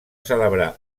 celebrar